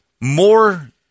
more